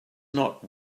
not